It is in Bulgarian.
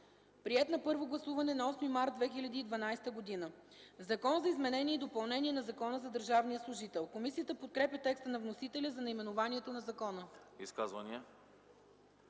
приет на първо гласуване на 8 март 2012 г. „Закон за изменение и допълнение на Закона за държавния служител”. Комисията подкрепя текста на вносителя за наименованието на закона. ПРЕДСЕДАТЕЛ